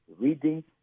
reading